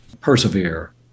persevere